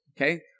okay